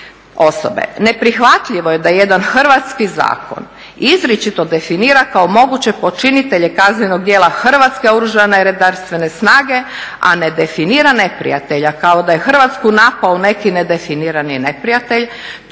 osobe. Neprihvatljivo je da jedan hrvatski zakon izričito definira kao moguće počinitelje kaznenog djela Hrvatske oružane redarstvene snage, a ne definira neprijatelja, kao da je Hrvatsku napao neki nedefinirani neprijatelj.